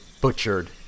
butchered